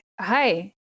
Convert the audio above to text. hi